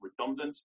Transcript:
redundant